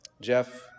Jeff